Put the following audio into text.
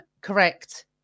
Correct